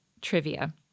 trivia